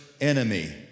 enemy